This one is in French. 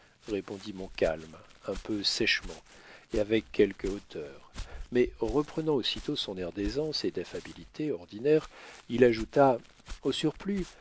répondit montcalm un peu sèchement et avec quelque hauteur mais reprenant aussitôt son air d'aisance et d'affabilité ordinaire il ajouta au surplus